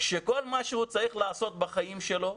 כשכל מה שהוא צריך לעשות בחיים שלו,